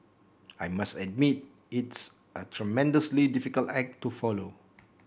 I must admit it's a tremendously difficult act to follow